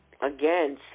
Again